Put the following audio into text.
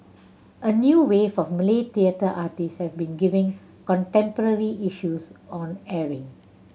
a new wave of Malay theatre artists has been giving contemporary issues on airing